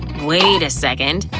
wait a second.